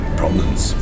problems